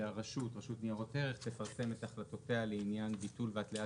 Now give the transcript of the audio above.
הרשות לניירות ערך תפרסם את החלטותיה לעניין ביטול והתלייה